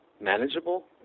manageable